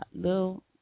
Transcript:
little